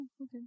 okay